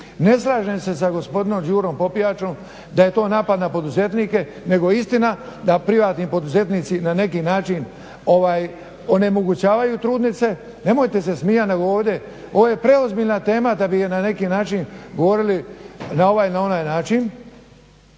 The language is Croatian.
Ne slažem se sa gospodinom Đurom Popijačom da je to napad na poduzetnike nego je istina da privatni poduzetnici na neki način onemogućavaju trudnice. Nemojte se smijat, ovo je preozbiljna tema da bi je na neki način govorili na ovaj ili onaj način.